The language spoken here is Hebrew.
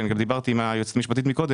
שאני גם דיברתי עם היועצת המשפטית מקודם,